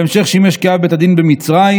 בהמשך שימש אב בית הדין במצרים,